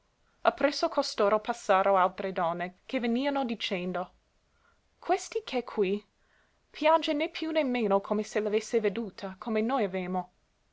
pietosamente appresso costoro passaro altre donne che veniano dicendo questi ch'è qui piange né più né meno come se l'avesse veduta come noi avemo